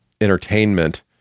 entertainment